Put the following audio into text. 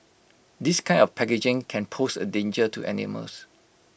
this kind of packaging can pose A danger to animals